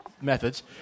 methods